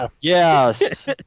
yes